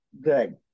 Good